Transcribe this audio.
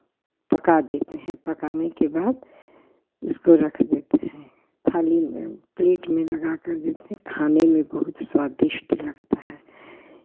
पका देते हैं पकाने के बाद उसको रख देते हैं थाली प्लेट में लगा कर देते हैं खाने में बहुत स्वादिष्ट लगता है